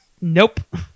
Nope